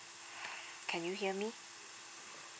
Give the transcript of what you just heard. can you hear me